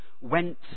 went